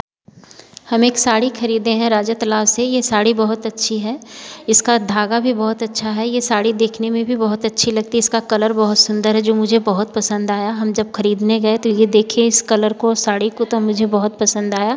हम एक साड़ी खरीदे हैं रजतलाल से यह साड़ी बहुत अच्छी है इसका धागा भी बहुत अच्छा है यह साड़ी देखने में भी बहुत अच्छी लगती है इसका कलर बहुत सुंदर है जो मुझे बहुत पसंद आया हम जब खरीदने गए तो यह देखें इस कलर को साड़ी को तो मुझे बहुत पसंद आया